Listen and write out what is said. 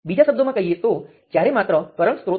તેથી ચાલો કહીએ કે તે V1 V2 અને V3 છે